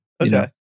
Okay